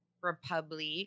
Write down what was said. Republic